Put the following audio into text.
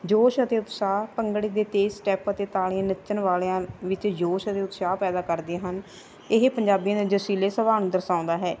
ਜੋਸ਼ ਅਤੇ ਉਤਸ਼ਾਹ ਭੰਗੜੇ ਦੇ ਤੇ ਸਟੈਪ ਉਹਦੇ ਤਾਲੀਆਂ ਨੱਚਣ ਵਾਲਿਆਂ ਵਿੱਚ ਜੋਸ਼ ਹ ਚਾਹ ਪੈਦਾ ਕਰਦੀਆਂ ਹਨ ਇਹ ਪੰਜਾਬੀਆਂ ਦੇ ਜਸੀਲੇ ਸਵਾਲ ਨੂੰ ਦਰਸਾਉਂਦਾ ਹੈ